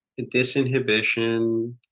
Disinhibition